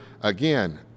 again